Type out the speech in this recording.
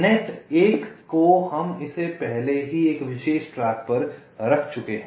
net 1 को हम इसे पहले ही एक विशेष ट्रैक पर रख चुके हैं